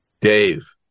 dave